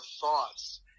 thoughts